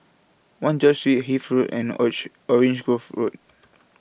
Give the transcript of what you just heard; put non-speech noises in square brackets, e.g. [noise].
one George Street Hythe Road and [unintelligible] Orange Grove Road